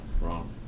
wrong